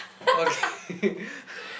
okay